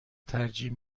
ترجیح